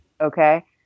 okay